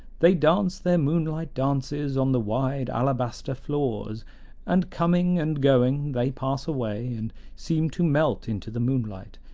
they dance their moonlight dances on the wide alabaster floors and coming and going they pass away, and seem to melt into the moonlight,